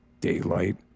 daylight